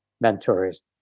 mentors